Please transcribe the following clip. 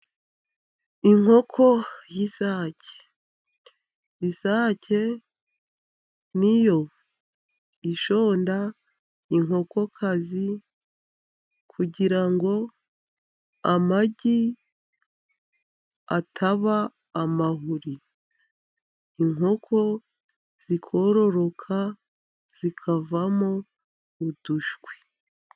Inkoko y'isake, isake ni yo ishonda inkokokazi kugira ngo amagi ataba amahuri, inkoko zikororoka zikavamo udushwi.